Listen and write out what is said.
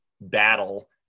battle